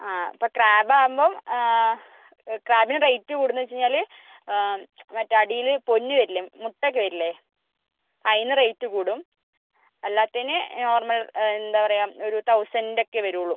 ആ ഇപ്പം ക്രാബ് ആവുമ്പം ക്രാബിന് റേറ്റ് കൂടുന്നതെന്നു വെച്ച് കഴിഞ്ഞാൽ മറ്റേ അടിയിൽ പൊന്ന് വരില്ലേ മുട്ട ഒക്കെ വരില്ലേ അതിന് റേറ്റ് കൂടും അല്ലാത്തതിന് നോർമൽ എന്താ പറയുക ഒരു തൗസൻഡ് ഒക്കെ വരുകയുള്ളൂ